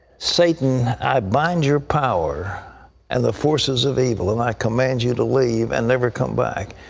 satan, i bind your power and the forces of evil. and i command you to leave and never come back.